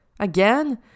Again